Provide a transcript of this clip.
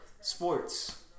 sports